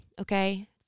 Okay